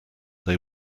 they